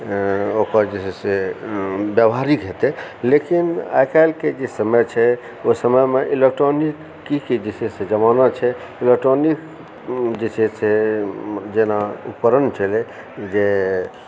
ओकर जे छै से व्यवहारिक हेतै लेकिन आइकाल्हिके जे समय छै ओ समयमे इलेक्ट्रॉनिकीके जे छै से जमाना छै इलेक्ट्रॉनिक जे छै से जेना छलय जे